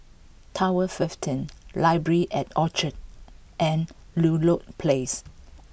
Tower fifteen Library at Orchard and Ludlow Place